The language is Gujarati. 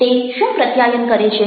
તે શું પ્રત્યાયન કરે છે